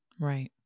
Right